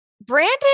Brandon